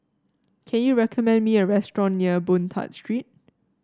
can you recommend me a restaurant near Boon Tat Street